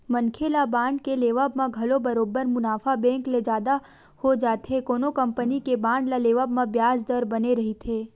मनखे ल बांड के लेवब म घलो बरोबर मुनाफा बेंक ले जादा हो जाथे कोनो कंपनी के बांड ल लेवब म बियाज दर बने रहिथे